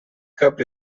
cup